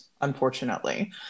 unfortunately